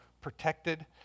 protected